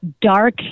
dark